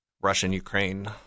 Russian-Ukraine